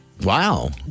Wow